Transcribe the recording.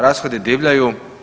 Rashodi divljaju.